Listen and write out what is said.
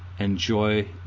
Enjoy